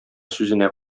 сүзенә